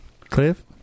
Cliff